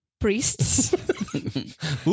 Priests